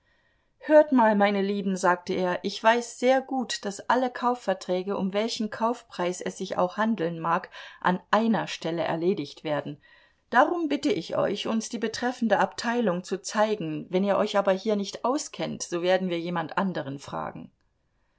hört mal meine lieben sagte er ich weiß sehr gut daß alle kaufverträge um welchen kaufpreis es sich auch handeln mag an einer stelle erledigt werden darum bitte ich euch uns die betreffende abteilung zu zeigen wenn ihr euch aber hier nicht auskennt so werden wir jemand anderen fragen